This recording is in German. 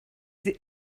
sie